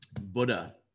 Buddha